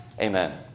Amen